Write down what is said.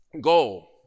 goal